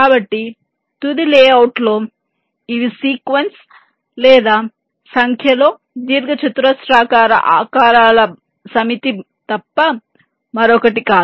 కాబట్టి తుది లేఅవుట్లో ఇది సీక్వెన్స్ లేదా పెద్ద సంఖ్యలో దీర్ఘచతురస్రాకార ఆకారాల సమితి తప్ప మరొకటి కాదు